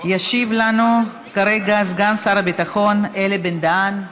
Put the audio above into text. ישיב לנו כרגע סגן שר הביטחון אלי בן-דהן.